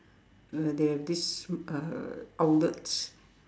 where they have these uh outlets